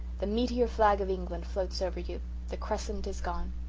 the meteor flag of england floats over you the crescent is gone.